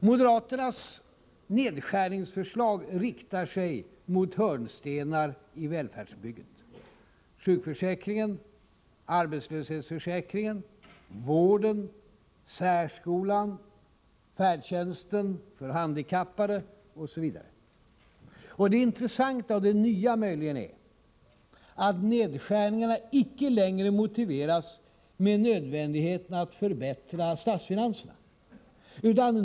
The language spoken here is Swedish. Moderaternas nedskärningsförslag riktar sig mot hörnstenar i välfärdsbygget — sjukförsäkringen, arbetslöshetsförsäkringen, vården, särskolan, färdtjänsten för handikappade osv. Det intressanta, och möjligen det nya, är att nedskärningarna icke längre motiveras med nödvändigheten att förbättra statsfinanserna.